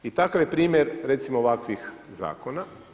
I takav je primjer recimo ovakvih zakona.